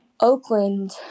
Oakland